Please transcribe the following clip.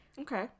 okay